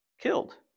killed